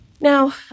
Now